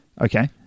Okay